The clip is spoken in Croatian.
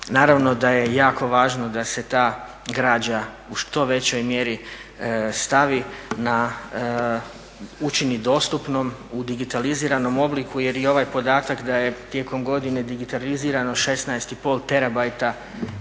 Naravno da je jako važno da se ta građa u što većoj mjeri stavi na, učini dostupnom u digitaliziranom obliku jer i ovaj podatak da je tijekom godine digitalizirano 16,5 terabajta